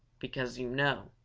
because, you know,